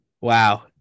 Wow